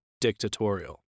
dictatorial